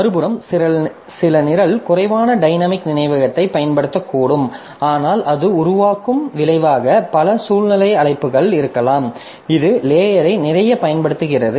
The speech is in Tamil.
மறுபுறம் சில நிரல் குறைவான டைனமிக் நினைவகத்தைப் பயன்படுத்தக்கூடும் ஆனால் அது உருவாக்கும் விளைவாக பல சுழல்நிலை அழைப்புகள் இருக்கலாம் இது லேயரை நிறையப் பயன்படுத்துகிறது